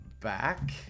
back